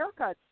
haircuts